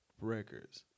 records